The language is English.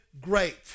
great